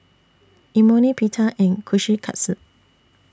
Imoni Pita and Kushikatsu